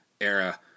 era